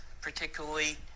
particularly